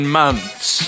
months